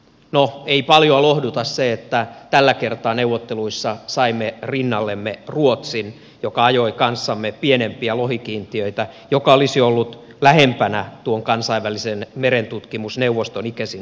no ei paljoa lohduta se että tällä kertaa neuvotteluissa saimme rinnallemme ruotsin joka ajoi kanssamme pienempiä lohikiintiöitä jotka olisivat olleet lähempänä tuon kansainvälisen merentutkimusneuvoston icesin suositusta